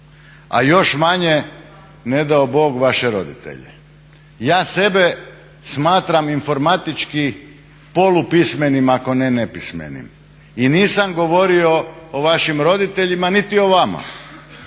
a još manje ne dao Bog vaše roditelje. Ja sebe smatram informatički polupismenim ako ne nepismenim i nisam govorio o vašim roditeljima niti o vama,